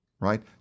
right